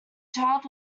child